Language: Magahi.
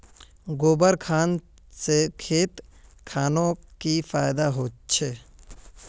गोबर खान से खेत खानोक की फायदा होछै?